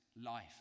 life